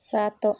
ସାତ